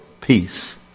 peace